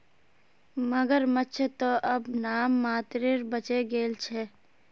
मगरमच्छ त अब नाम मात्रेर बचे गेल छ